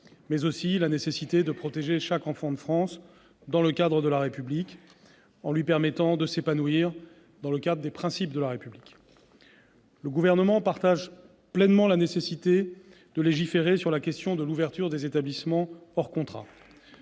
mais aussi la nécessité de protéger chaque enfant de France en lui permettant de s'épanouir dans le cadre des principes de la République. Le Gouvernement partage pleinement la nécessité de légiférer sur la question de l'ouverture des établissements hors contrat.